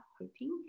hoping